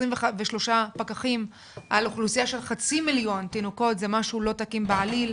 23 פקחים על אוכלוסייה של חצי מיליון תינוקות זה משהו לא תקין בעליל,